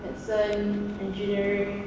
medicine engineering